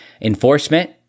enforcement